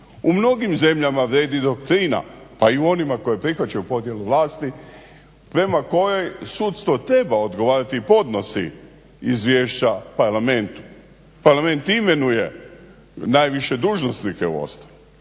U mnogim zemljama vrijedi doktrina pa i onima koji prihvaćaju podjelu vlasti prema kojoj sudstvo treba odgovarati i podnosi izvješća Parlamentu. Parlament imenuje najviše dužnosnike